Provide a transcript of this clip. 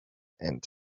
and